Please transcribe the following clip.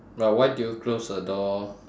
but why do you close the door